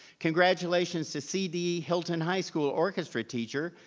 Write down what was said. congratulations to c d. hylton high school orchestra teacher,